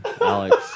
Alex